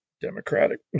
Democratic